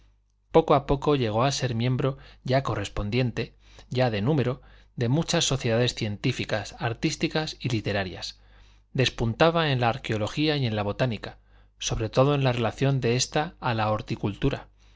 poco a poco llegó a ser miembro ya correspondiente ya de número de muchas sociedades científicas artísticas y literarias despuntaba en la arqueología y en la botánica sobre todo en la relación de esta a la horticultura